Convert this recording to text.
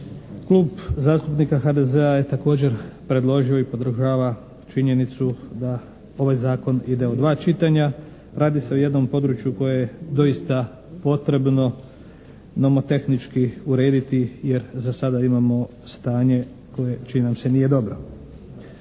Klub zastupnika HDZ-a je također predložio i podržava činjenicu da ovaj zakon ide u dva čitanja. Radi se o jednom području koje je doista potrebno nomotehnički urediti jer za sada imamo stanje koje čini nam se nije dobro.